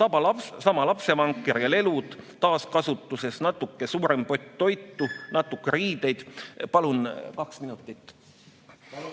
Sama lapsevanker ja lelud taaskasutuses. Natuke suurem pott toitu. Natuke riideid [...]" Palun kaks minutit juurde.